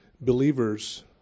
Believers